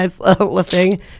listening